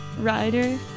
rider